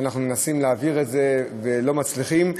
שאנחנו מנסים להעביר את זה ולא מצליחים.